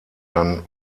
dann